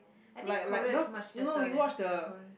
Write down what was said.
like like those you know you watch the